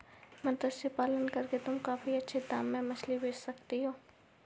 मत्स्य पालन करके तुम काफी अच्छे दाम में मछली बेच सकती हो